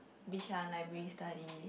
Bishan like we study